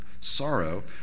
sorrow